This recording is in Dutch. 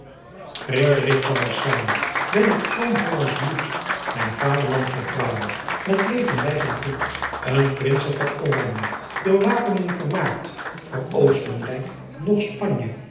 van assouwe en ik vroom ollandsch bloet ijn aderlant getrouwe et leven lijf en goet en rince van ranje oor wapenen vermaert oor ostenrijk noch panje